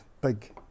big